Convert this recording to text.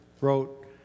wrote